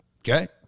okay